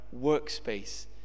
workspace